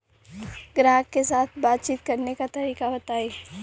ग्राहक के साथ बातचीत करने का तरीका बताई?